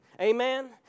Amen